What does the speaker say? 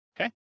okay